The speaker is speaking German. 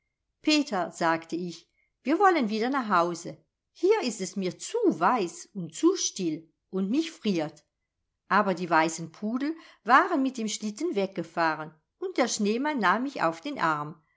peter sagte ich wir wollen wieder nach hause hier ist es mir zu weiß und zu still und mich friert aber die weißen pudel waren mit dem schlitten weggefahren und der schneemann nahm mich auf den arm